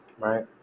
right